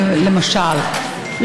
למשל,